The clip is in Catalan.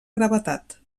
gravetat